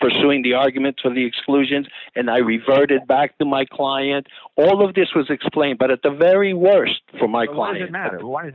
pursuing the argument to the exclusion and i reverted back to my client all of this was explained but at the very worst for my client matter why does